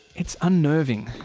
it's unnerving.